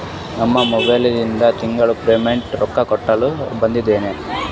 ನಮ್ಮ ಮೊಬೈಲದಾಗಿಂದ ತಿಂಗಳ ಪ್ರೀಮಿಯಂ ರೊಕ್ಕ ಕಟ್ಲಕ್ಕ ಬರ್ತದೇನ್ರಿ?